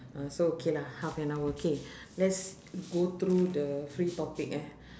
ah so okay lah half an hour okay let's go through the free topic eh